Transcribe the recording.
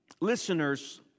listeners